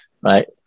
Right